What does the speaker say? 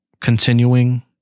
continuing